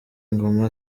ingoma